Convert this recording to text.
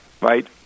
right